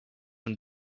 and